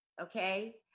okay